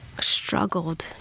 struggled